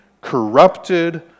corrupted